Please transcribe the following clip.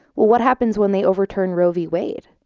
well what happens when they overturn roe v. wade?